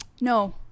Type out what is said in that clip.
No